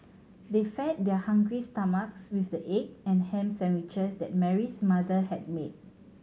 they fed their hungry stomachs with the egg and ham sandwiches that Mary's mother had made